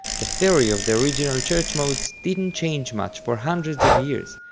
the theory of the original church modes didn't change much for hundreds of years,